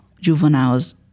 Juveniles